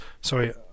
sorry